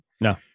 No